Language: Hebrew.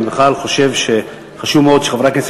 אני בכלל חושב שחשוב מאוד שחברי הכנסת